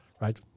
right